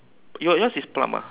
your yours is plum ah